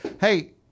hey